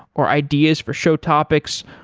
or ideas for show topics,